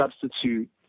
substitute